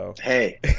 Hey